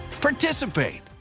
participate